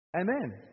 Amen